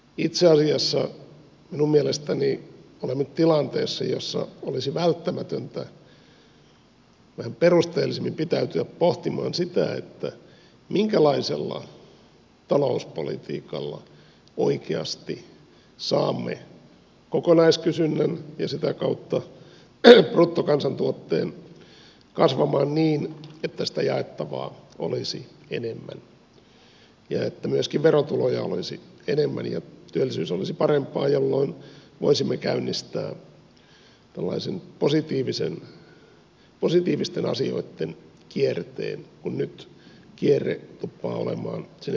itse asiassa minun mielestäni olemme tilanteessa jossa olisi välttämätöntä vähän perusteellisemmin pitäytyä pohtimaan sitä minkälaisella talouspolitiikalla oikeasti saamme kokonaiskysynnän ja sitä kautta bruttokansantuotteen kasvamaan niin että sitä jaettavaa olisi enemmän ja että myöskin verotuloja olisi enemmän ja työllisyys olisi parempaa jolloin voisimme käynnistää tällaisen positiivisten asioitten kierteen kun nyt kierre tuppaa olemaan sinne negatiiviseen suuntaan